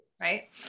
Right